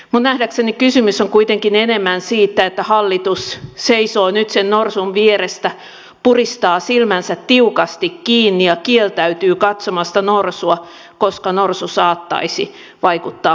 minun nähdäkseni kysymys on kuitenkin enemmän siitä että hallitus seisoo nyt sen norsun vieressä puristaa silmänsä tiukasti kiinni ja kieltäytyy katsomasta norsua koska norsu saattaisi vaikuttaa pelottavalta